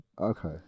Okay